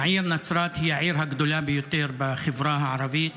העיר נצרת היא העיר הגדולה ביותר בחברה הערבית.